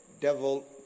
devil